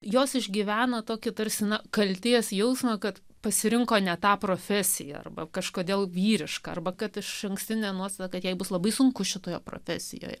jos išgyveno tokį tarsi nuo kaltės jausmą kad pasirinko ne tą profesiją arba kažkodėl vyrišką arba kad išankstinę nuostatą kad jai bus labai sunku šitoje profesijoje